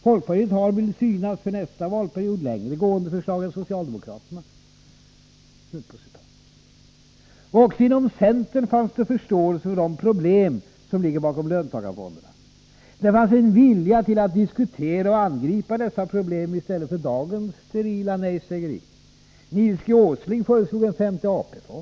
Folkpartiet har, vill det synas, för nästa valperiod längre gående förslag än socialdemokraterna.” Också inom centern fanns det förståelse för de problem som ligger bakom löntagarfonderna. Det fanns en vilja att diskutéra och angripa dessa problem i stället för dagens sterila nej-sägeri. Nils G. Åsling föreslog en femte AP-fond.